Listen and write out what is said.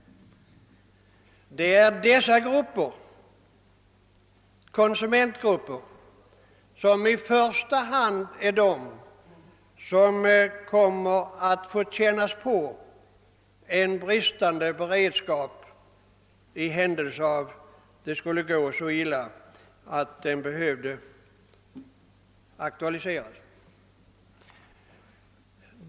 Det är dessa konsumentgrupper som i första hand kommer att få känna av en bris tande beredskap, om det skulle gå så illa att beredskapen behövde aktualiseras.